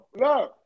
look